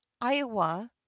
iowa